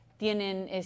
Tienen